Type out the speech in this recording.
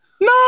No